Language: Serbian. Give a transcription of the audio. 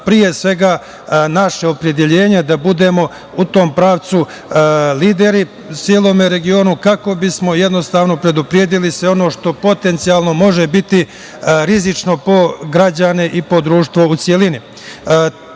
pre svega, naše opredeljenje da budemo u tom pravcu lideri celom regionu kako bismo jednostavno predupredili sve ono što potencijalno može biti rizično po građane i po društvo u